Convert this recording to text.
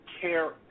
care